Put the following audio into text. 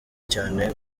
cyane